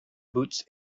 boots